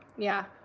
yeah,